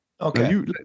Okay